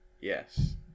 Yes